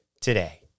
today